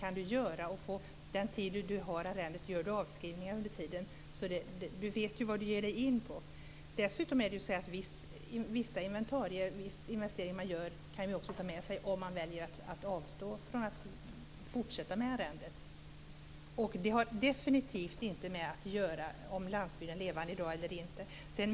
Under den tid som man är arrendator får man göra avskrivningar. Man vet alltså vad man ger sig in på. Vissa inventarier och investeringar som gjorts kan man också ta med sig om man väljer att avsluta sitt arrende. Det har definitivt ingenting att göra med om landsbygden är levande eller inte.